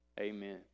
Amen